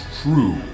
true